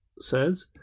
says